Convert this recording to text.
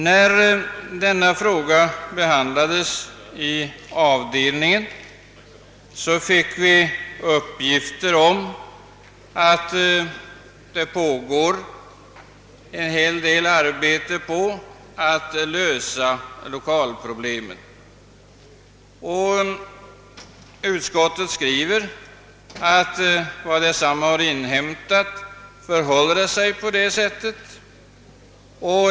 När dennna fråga behandlades inom avdelningen fick vi uppgifter om att arbeten pågår för att lösa lokalproblemen vid universitetsbiblioteket. Utskottet skriver också att så är förhållandet enligt vad utskottet inhämtat.